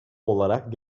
olarak